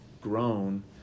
grown